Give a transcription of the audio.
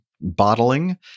bottling